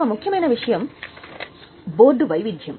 ఒక ముఖ్యమైన విషయం బోర్డు వైవిధ్యం